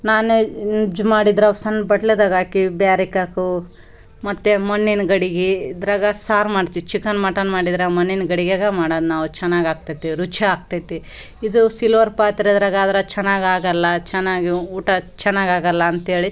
ನಾನ್ veg ಮಾಡಿದ್ರೆ ಸಣ್ಣ ಬಟ್ಲದಾಗ ಹಾಕಿ ಬೇರೆಕ್ಕಾಕು ಮತ್ತು ಮಣ್ಣಿನ ಗಡಿಗೆ ಇದ್ರಾಗ ಸಾರು ಮಾಡ್ತಿವಿ ಚಿಕನ್ ಮಟನ್ ಮಾಡಿದ್ರೆ ಮಣ್ಣಿನ ಗಡಿಗ್ಯಾಗ ಮಾಡೋದ್ ನಾವು ಚೆನ್ನಾಗ್ ಆಗ್ತದೆ ರುಚಿ ಆಗ್ತದೆ ಇದು ಸಿಲ್ವರ್ ಪಾತ್ರೆದ್ರಗಾದ್ರೆ ಚೆನ್ನಾಗ್ ಆಗೋಲ್ಲ ಚೆನ್ನಾಗ್ ಊಟ ಚೆನ್ನಾಗ್ ಆಗೋಲ್ಲ ಅಂತೇಳಿ